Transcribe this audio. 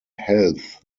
health